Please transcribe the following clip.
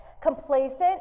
complacent